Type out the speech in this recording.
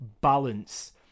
balance